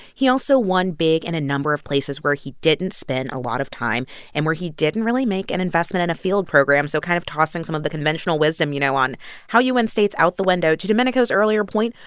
he also won big in and a number of places where he didn't spend a lot of time and where he didn't really make and investment in and a field program, so kind of tossing some of the conventional wisdom, you know, on how you win states out the window. to domenico's earlier point,